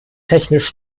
technisch